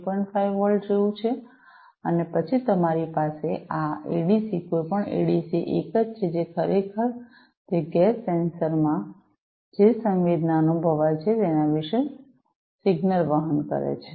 5 volt જેવું છે અને પછી તમારી પાસે આ એડીસી કોઈપણ એડીસી એક છે જે ખરેખર તે ગેસ સેન્સરમાં જે સંવેદના અનુભવાય છે તેના વિશે સિગ્નલ વહન કરે છે